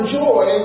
joy